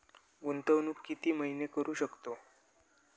गुंतवणूक किती महिने करू शकतव?